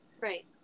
Right